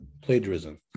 plagiarism